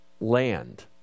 land